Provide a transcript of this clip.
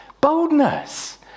boldness